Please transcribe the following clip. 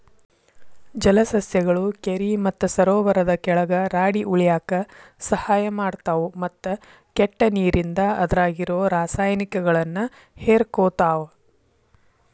ಜಲಸಸ್ಯಗಳು ಕೆರಿ ಮತ್ತ ಸರೋವರದ ಕೆಳಗ ರಾಡಿ ಉಳ್ಯಾಕ ಸಹಾಯ ಮಾಡ್ತಾವು, ಮತ್ತ ಕೆಟ್ಟ ನೇರಿಂದ ಅದ್ರಾಗಿರೋ ರಾಸಾಯನಿಕಗಳನ್ನ ಹೇರಕೋತಾವ